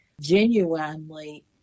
genuinely